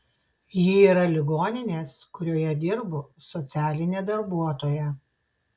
ji yra ligoninės kurioje dirbu socialinė darbuotoja